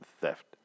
theft